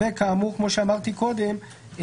כמו שאמרתי קודם,